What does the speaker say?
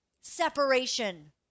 separation